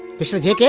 mr jk.